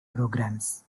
programs